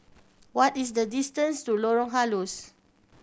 what is the distance to Lorong Halus